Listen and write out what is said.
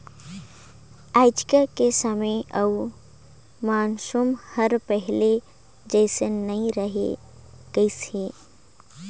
आयज के समे अउ मउसम हर पहिले जइसन नइ रही गइस हे